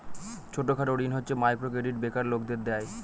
ছোট খাটো ঋণ হচ্ছে মাইক্রো ক্রেডিট বেকার লোকদের দেয়